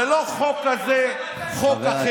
יש בעיה בהסברה, זה לא חוק כזה, חוק אחר.